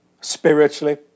spiritually